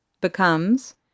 becomes